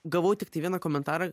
gavau tiktai vieną komentarą